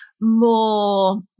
more